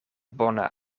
bone